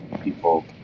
people